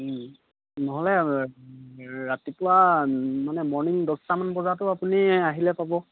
নহ'লে ৰাতিপুৱা মানে মৰ্ণিং দহটামান বজাতাতো আপুনি আহিলে পাব